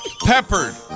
Peppered